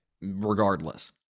regardless